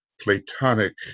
Platonic